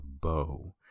bow